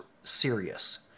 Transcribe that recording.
serious